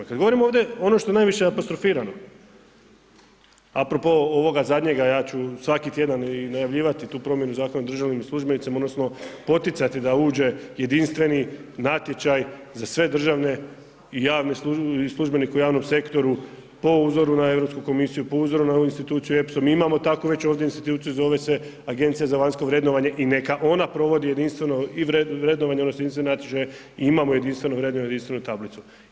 Kad govorimo ovdje ono što je najviše apostrofirano apropo ovoga zadnjega ja ću svaki tjedan i najavljivati tu promjenu Zakona o državnim službenicima odnosno poticati da uđe jedinstveni natječaj za sve državne i javne i službenike u javnom sektoru po uzoru na Europsku komisiju, po uzoru na ovu instituciju …/nerazumljivo/… mi imamo takvu već ovdje instituciju zove se Agencija za vanjsko vrednovanje i neka ona provodi jedinstveno i vrednovanje odnosno jedinstvene natječaje i imamo jedinstveno vrednovanje, jedinstvenu tablicu.